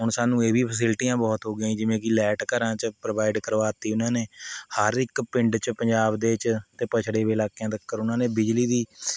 ਹੁਣ ਸਾਨੂੰ ਇਹ ਵੀ ਫੈਸਿਲਟੀਆਂ ਬਹੁਤ ਹੋ ਗਈਆਂ ਜਿਵੇਂ ਕਿ ਲੈਟ ਘਰਾਂ 'ਚ ਪ੍ਰੋਵਾਇਡ ਕਰਵਾ ਤੀ ਉਹਨਾਂ ਨੇ ਹਰ ਇੱਕ ਪਿੰਡ 'ਚ ਪੰਜਾਬ ਦੇ 'ਚ ਅਤੇ ਪਛੜੇ ਵੇ ਇਲਾਕਿਆਂ ਤੱਕਰ ਉਹਨਾਂ ਨੇ ਬਿਜਲੀ ਦੀ